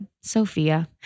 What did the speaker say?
Sophia